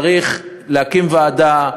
צריך להקים ועדה,